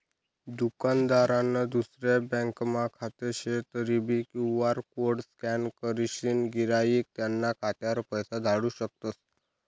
दुकानदारनं दुसरा ब्यांकमा खातं शे तरीबी क्यु.आर कोड स्कॅन करीसन गिराईक त्याना खातावर पैसा धाडू शकतस